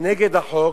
נגד החוק,